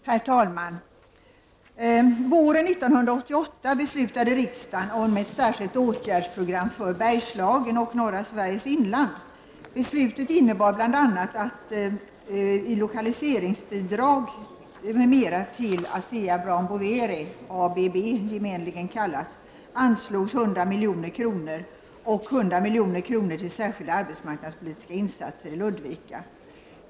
Herr talman! Våren 1988 beslutade riksdagen om ett särskilt åtgärdsprogram för Bergslagen och norra Sveriges inland. Beslutet innebar bl.a. att 100 milj.kr. anslogs i lokaliseringsbidrag m.m. till ASEA Brown Boveri, gemenligen kallat ABB, och 100 milj.kr. till särskilda arbetsmarknadspolitiska insatser i Ludvika.